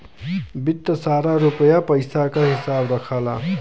वित्त सारा रुपिया पइसा क हिसाब रखला